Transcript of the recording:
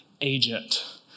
agent